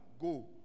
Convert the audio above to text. Go